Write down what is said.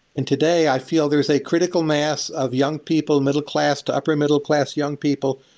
and today, i feel there's a critical mass of young people, middle class, to upper-middle class young people,